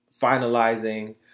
finalizing